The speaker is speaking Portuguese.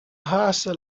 raça